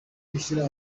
gushyira